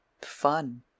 fun